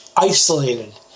isolated